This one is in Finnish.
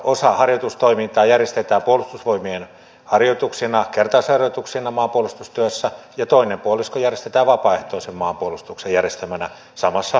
osa harjoitustoimintaa järjestetään puolustusvoimien harjoituksina kertausharjoituksina maanpuolustustyössä ja toinen puolisko järjestetään vapaaehtoisen maanpuolustuksen järjestämänä samassa maanpuolustustyössä